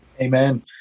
Amen